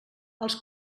els